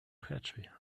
catchy